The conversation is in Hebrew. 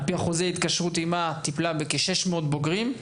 על פי חוזה ההתקשרות עמה, טיפלה בכ-600 בוגרים.